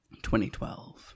2012